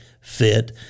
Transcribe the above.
fit